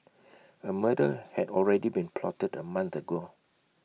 A murder had already been plotted A month ago